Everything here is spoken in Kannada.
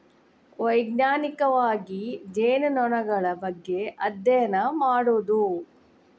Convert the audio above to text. ವೈಜ್ಞಾನಿಕವಾಗಿ ಜೇನುನೊಣಗಳ ಬಗ್ಗೆ ಅದ್ಯಯನ ಮಾಡುದು